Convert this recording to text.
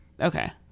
Okay